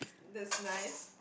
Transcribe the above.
that's nice